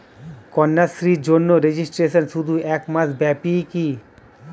কন্যাশ্রীর জন্য রেজিস্ট্রেশন শুধু এক মাস ব্যাপীই কি?